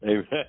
Amen